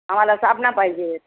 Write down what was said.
आम्हाला साबणा पाहिजे